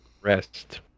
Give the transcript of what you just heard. Rest